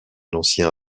ancien